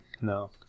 no